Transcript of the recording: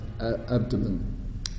abdomen